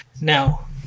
Now